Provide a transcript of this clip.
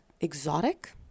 exotic